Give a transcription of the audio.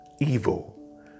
evil